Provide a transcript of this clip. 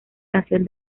canción